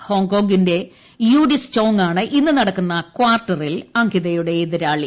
ഹോംഗ്കോങിന്റെ യൂഡിസ്റ്റ് ചോംഗാണ് ഇന്ന് നടക്കുന്ന കാർട്ടറിൽ അങ്കിതയുടെ എതിരാളി